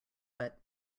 but